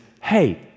hey